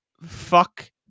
fuck